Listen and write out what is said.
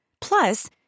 Plus